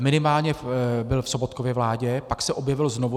Minimálně byl v Sobotkově vládě, pak se objevil znovu.